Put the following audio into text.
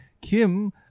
Kim